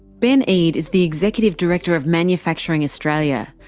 ben eade is the executive director of manufacturing australia.